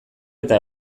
eta